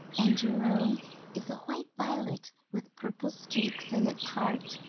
and your own is a white violet, with purple streaks in its heart,